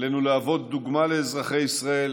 עלינו להיות דוגמה לאזרחי ישראל